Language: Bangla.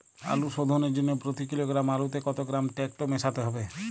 আলু শোধনের জন্য প্রতি কিলোগ্রাম আলুতে কত গ্রাম টেকটো মেশাতে হবে?